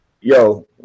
Yo